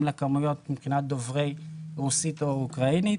לכמויות מבחינת דוברי רוסית או אוקראינית.